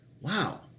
Wow